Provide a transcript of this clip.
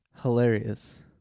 hilarious